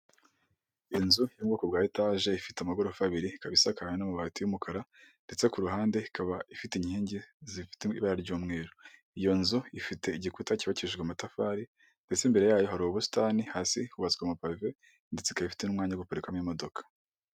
Inzu yo mu bwoko bwa etaje ifite amagorofa abiri ikaba isakaye n'amabati y'umukara, ndetse ku ruhande ikaba ifite inkingi zifite ibara ry'umweru, iyo nzu ifite igikuta cyubakishijwe amatafari, ndetse imbere yayo hari ubusitani, hasi hubatswe amapave ndetse ikaba ifite n'umwanya wo guparikamo imodoka.